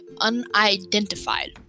unidentified